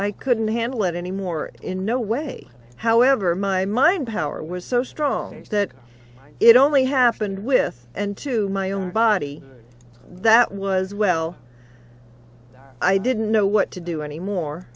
i couldn't handle it anymore in no way however my mind power was so strong that it only happened with and to my own body that was well i didn't know what to do anymore